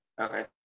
Okay